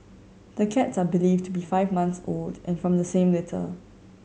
the cats are believed to be five months old and from the same litter